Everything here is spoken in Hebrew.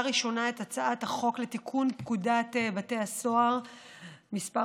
ראשונה את הצעת חוק לתיקון פקודת בתי הסוהר (מס'